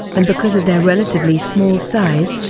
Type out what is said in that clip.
and because of their relatively small size,